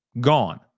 gone